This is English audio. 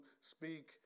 speak